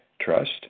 trust